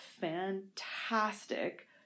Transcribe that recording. fantastic